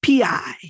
PI